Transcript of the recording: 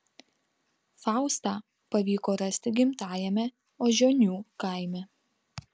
faustą pavyko rasti gimtajame ožionių kaime